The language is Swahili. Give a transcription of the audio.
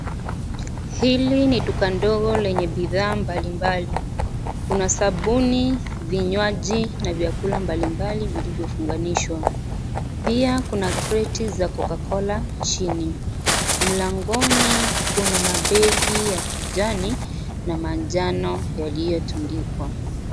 Hili ni duka ndogo lenye bidhaa mbalimbali, kuna sabuni, vinywaji na vyakula mbalimbali vilivyofunganishwa, pia kuna kreti za CocaCola chini, mlangoni kuna mabegi ya kijani na manjano yaliyotundikwa.